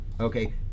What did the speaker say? okay